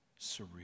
Surreal